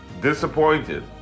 disappointed